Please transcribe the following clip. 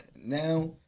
now